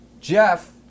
Jeff